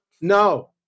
No